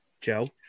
Joe